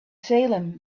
salem